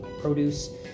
produce